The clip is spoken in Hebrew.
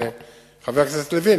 חבר הכנסת לוין,